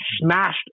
smashed